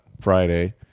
Friday